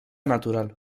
natural